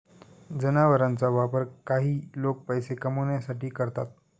जनावरांचा वापर काही लोक पैसे कमावण्यासाठी करतात